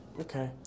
Okay